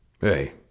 Hey